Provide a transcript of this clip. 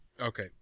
Okay